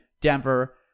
Denver